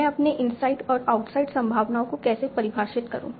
मैं अपने इनसाइड और आउटसाइड संभावनाओं को कैसे परिभाषित करूं